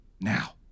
now